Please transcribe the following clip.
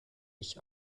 ich